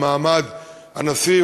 במעמד הנשיא,